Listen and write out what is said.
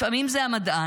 לפעמים זה המדען,